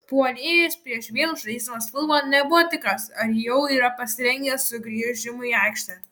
puolėjas prieš vėl žaisdamas futbolą nebuvo tikras ar jau yra pasirengęs sugrįžimui į aikštę